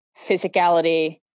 physicality